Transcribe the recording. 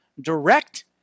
direct